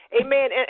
Amen